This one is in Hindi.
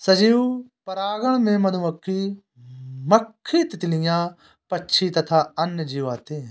सजीव परागणक में मधुमक्खी, मक्खी, तितलियां, पक्षी तथा अन्य जीव आते हैं